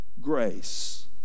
grace